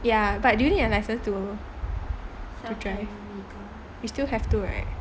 ya but do you need a license to to drive we still have to right